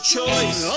Choice